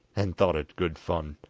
and thought it good fun.